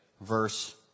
verse